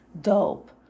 dope